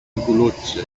ακολούθησε